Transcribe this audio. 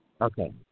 Okay